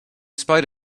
spite